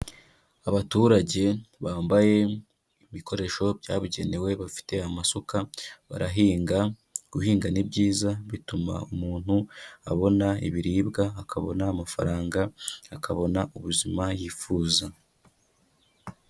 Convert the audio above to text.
Abaturage bambaye ibikoresho byabugenewe, bafite amasuka barahinga, guhinga ni byiza bituma umuntu abona ibiribwa, akabona amafaranga, akabona ubuzima yifuza.